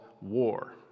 War